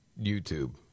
YouTube